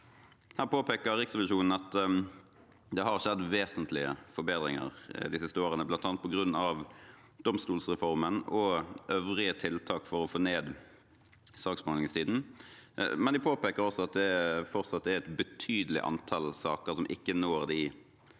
Her påpeker Riksrevisjonen at det har skjedd vesentlige forbedringer de siste årene, bl.a. på grunn av domstolreformen og øvrige tiltak for å få ned saksbehandlingstiden, men de påpeker også at det fortsatt er et betydelig antall saker som ikke når de